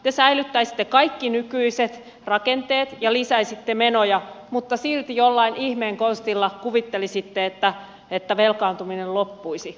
te säilyttäisitte kaikki nykyiset rakenteet ja lisäisitte menoja mutta silti jollain ihmeen konstilla kuvittelisitte että velkaantuminen loppuisi